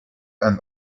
and